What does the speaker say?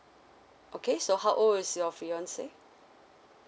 okay so how old is your fiance